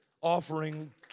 offering